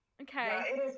Okay